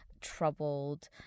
troubled